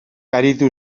aritu